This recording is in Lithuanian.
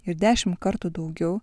ir dešim kartų daugiau